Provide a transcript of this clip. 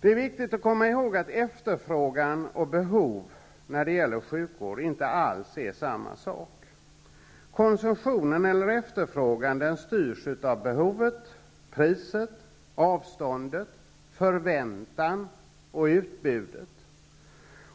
Det är viktigt att komma ihåg att efterfrågan och behov när det gäller sjukvård inte alls är samma sak. Konsumtionen eller efterfrågan styrs av behovet, priset, avståndet, förväntan och utbudet.